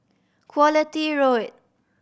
Quality Road